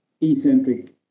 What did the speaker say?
eccentric